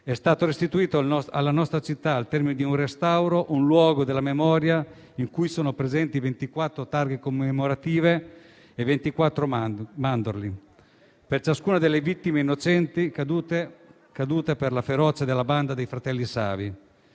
è stato restituito alla nostra città, al termine di un restauro, un luogo della memoria in cui sono presenti 24 targhe commemorative e 24 mandorli per ciascuna delle vittime innocenti cadute per la ferocia della banda dei fratelli Savi